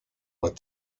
what